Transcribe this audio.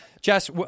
Jess